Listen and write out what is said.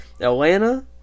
Atlanta